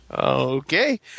Okay